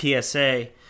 PSA